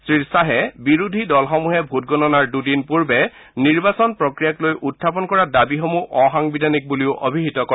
শ্ৰীয়াহে বিৰোধী দলসমূহে ভোটগণনাৰ দুদিন পূৰ্বে নিৰ্বাচন প্ৰক্ৰিয়াক লৈ উখাপন কৰা দাবীসমূহ অসাংবিধানিক বুলিও অভিহিত কৰে